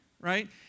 Right